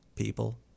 People